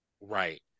Right